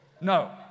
No